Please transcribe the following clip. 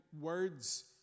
words